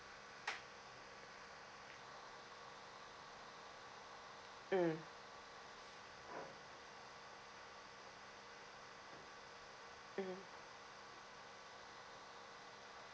mm mm